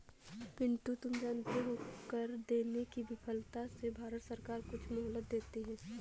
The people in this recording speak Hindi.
पिंटू तुम जानते हो कर देने की विफलता से भारत सरकार कुछ मोहलत देती है